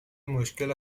مشکل